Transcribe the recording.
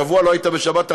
שבוע לא היית ב"שבתרבות",